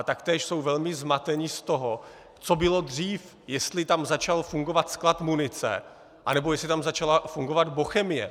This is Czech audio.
Taktéž jsou velmi zmateni z toho, co bylo dřív, jestli tam začal fungovat sklad munice, anebo tam začala fungovat Bochemie.